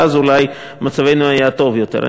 ואז אולי מצבנו היה טוב יותר.